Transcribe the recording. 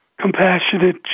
compassionate